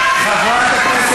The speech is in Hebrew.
עולה חבר כנסת,